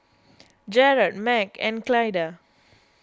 Jared Meg and Clyda